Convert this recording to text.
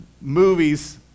movies